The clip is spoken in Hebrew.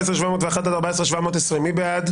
14,701 עד 14,720, מי בעד?